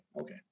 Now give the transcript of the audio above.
Okay